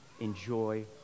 enjoy